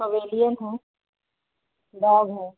pavilion है dog है